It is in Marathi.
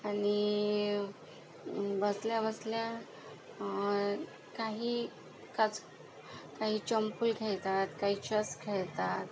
आणि बसल्याबसल्या काही काच काही चोंपुल खेळतात काही चेस खेळतात